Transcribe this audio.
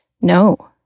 No